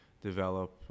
develop